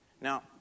Now